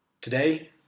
Today